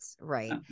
right